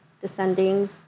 descending